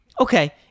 okay